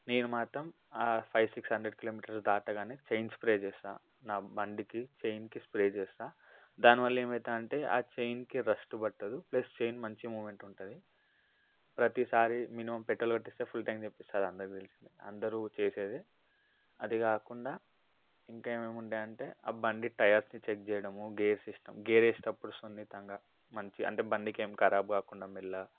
నేను మాత్రం ఆ ఫైవ్ సిక్స్ హండ్రెడ్ కిలోమీటర్స్ దాటగానే చైన్ స్ప్రే చేస్తాను నా బండికి చైన్కి స్ప్రే చేస్తాను దానివల్ల ఏమైతుందంటే ఆ చైన్కి రస్ట్ పట్టదు ప్లస్ చైన్ మంచి మూమెంట్ ఉంటుంది ప్రతిసారి మినిమం పెట్రోల్ కొట్టిస్తే ఫుల్ ట్యాంక్ కొట్టిస్తాను అది అందరికి తెలిసిందే అందరు చేసేదే అది కాకుండా ఇంకేముంటాయంటే ఆ బండి టైర్స్ చేంజ్ చేయడము గేర్ సిస్టం గేర్ వేసినప్పుడు సున్నితంగా మంచిగా అంటే బండికి ఏం ఖరాబ్ కాకుండా మెల్లగా